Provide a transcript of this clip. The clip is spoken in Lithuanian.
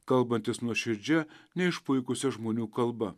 kalbantis nuoširdžia neišpuikusia žmonių kalba